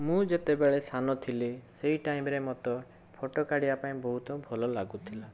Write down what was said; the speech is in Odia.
ମୁଁ ଯେତେବେଳେ ସାନ ଥିଲି ସେହି ଟାଇମରେ ମୋତେ ଫୋଟୋ କାଢ଼ିବା ପାଇଁ ବହୁତ ଭଲ ଲାଗୁଥିଲା